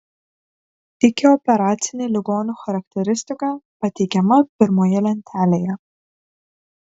ikioperacinė ligonių charakteristika pateikiama pirmoje lentelėje